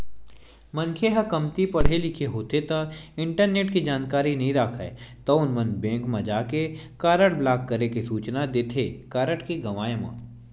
मनखे ह कमती पड़हे लिखे होथे ता इंटरनेट के जानकारी नइ राखय तउन मन बेंक म जाके कारड ब्लॉक करे के सूचना देथे कारड के गवाय म